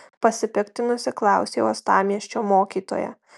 pasipiktinusi klausė uostamiesčio mokytoja